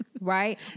right